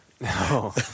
No